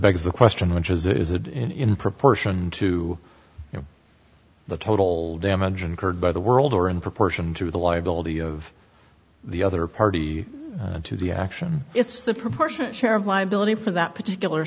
begs the question which is is it in proportion to the total damage incurred by the world or in proportion to the liability of the other party to the action it's the proportionate share of liability for that particular